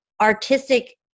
artistic